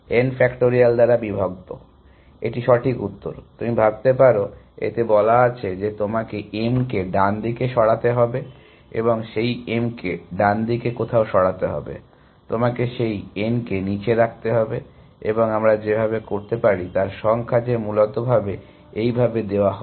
n factorial দ্বারা বিভক্ত এটি সঠিক উত্তর তুমি ভাবতে পারো এতে বলা আছে যে তোমাকে m কে ডানদিকে সরাতে হবে এবং সেই m কে ডানদিকে কোথাও সরাতে হবে তোমাকে সেই n কে নীচে রাখতে হবে এবং আমরা যেভাবে করতে পারি তার সংখ্যা যে মূলত এই ভাবে দেওয়া হয়